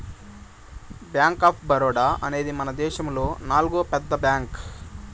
bank of Baroda అనేది మనదేశములో నాల్గో పెద్ద బ్యాంక్